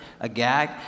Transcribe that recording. Agag